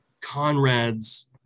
Conrad's